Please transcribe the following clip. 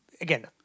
again